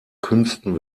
künsten